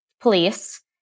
police